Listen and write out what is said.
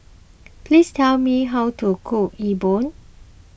please tell me how to cook